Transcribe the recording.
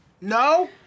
No